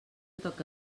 toca